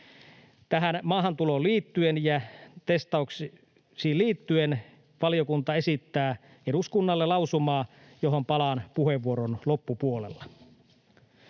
Maahantuloon liittyen ja testauksiin liittyen valiokunta esittää eduskunnalle lausumaa, johon palaan puheenvuoron loppupuolella.